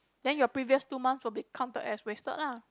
then your previous two months will be counted as wasted ah